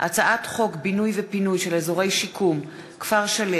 הצעת חוק בינוי ופינוי של אזורי שיקום (כפר-שלם),